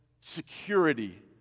security